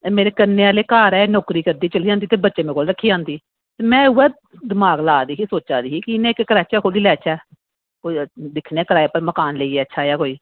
एह् कन्नै आह्ले घर ऐ ते एह् नौकरी करदे ते बच्चे मेरे कोल रक्खी जंदे में इंया दमाक ला दी ही सोचा दी ही इक्क क्रैचा खोल्ली लैचे ते दिक्खनै आं कोई मकान लेइयै अच्छा कोई